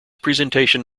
presentation